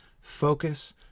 focus